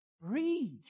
breathe